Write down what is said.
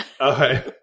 Okay